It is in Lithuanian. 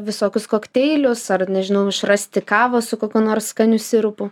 visokius kokteilius ar nežinau išrasti kavą su kokiu nors skaniu sirupu